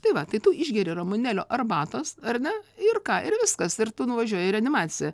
tai va tai tu išgeri ramunėlių arbatos ar ne ir ką ir viskas ir tu nuvažiuoji į reanimaciją